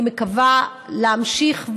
אני מקווה להמשיך,